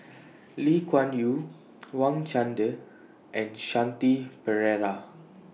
Lee Kuan Yew Wang Chunde and Shanti Pereira